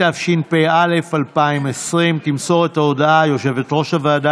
התשפ"א 2020. תמסור את ההודעה יושבת-ראש הוועדה